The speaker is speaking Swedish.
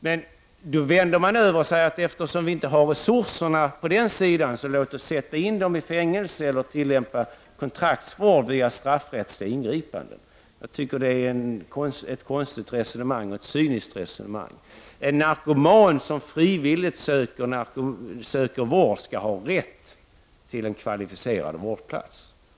Men ni vänder på det och säger att missbrukarna skall sättas i fängelse eller dömas till kontraktsvård via straffrättsliga ingripanden eftersom det inte finns tillräckliga resurser. Det är ett konstigt och cyniskt resonemang. En narkoman som frivilligt söker vård skall ha rätt till kvalificerad vård.